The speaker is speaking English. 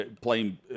playing